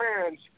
fans